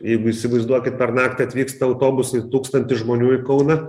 jeigu įsivaizduokit pernaktį atvyksta autobusai tūkstantis žmonių į kauną